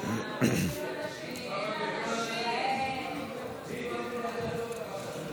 להעביר את הצעת חוק שירותי רווחה (זכויות נשים ששהו במקלט לנשים מוכות)